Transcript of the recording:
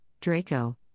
Draco